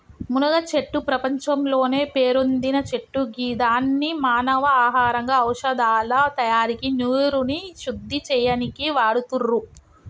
మునగచెట్టు ప్రపంచంలోనే పేరొందిన చెట్టు గిదాన్ని మానవ ఆహారంగా ఔషదాల తయారికి నీరుని శుద్ది చేయనీకి వాడుతుర్రు